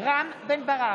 רם בן ברק,